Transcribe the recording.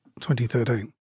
2013